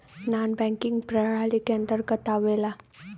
नानॅ banking प्रणाली के अंतर्गत आवेला